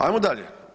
Ajmo dalje.